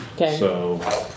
Okay